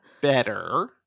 better